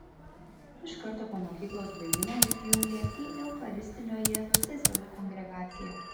iš karto po mokyklos baigimo įsijungė į eucharistinio jėzaus seserų kongregaciją